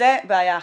זו בעיה אחת.